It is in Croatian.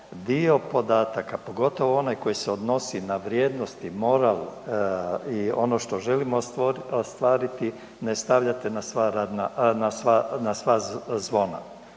dio podataka, pogotovo onaj koji se odnosi na vrijednosti, moral i ono što želimo ostvariti ne stavljate na sva zvona.